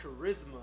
charisma